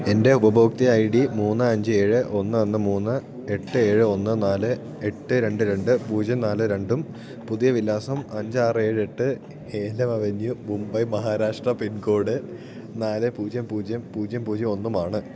എൻ്റെ ഉപഭോക്തൃ I D മൂന്ന് അഞ്ച് ഏഴ് ഒന്ന് ഒന്ന് മൂന്ന് എട്ട് ഏഴ് ഒന്ന് നാല് എട്ട് രണ്ട് രണ്ട് പൂജ്യം നാല് രണ്ടും പുതിയ വിലാസം അഞ്ച് ആറ് ഏഴ് എട്ട് A L M avenue Mumbai Maharashtra pin code നാല് പൂജ്യം പൂജ്യം പൂജ്യം പൂജ്യം ഒന്നുമാണ്